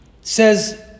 says